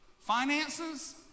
finances